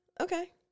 Okay